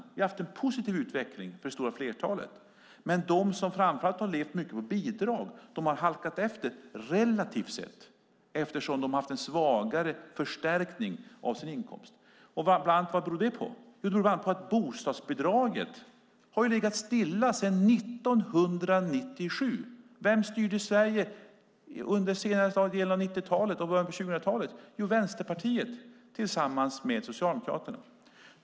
Det har varit en positiv utveckling för det stora flertalet. Men de som framför allt har levt mycket på bidrag har halkat efter relativt sett, eftersom de har haft en svagare förstärkning av sin inkomst. Och vad beror det på? Jo, det beror bland annat på att bostadsbidraget har legat stilla sedan 1997. Vem styrde Sverige under senare delen av 90-talet och i början av 2000-talet? Jo, Vänsterpartiet tillsammans med Socialdemokraterna.